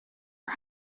are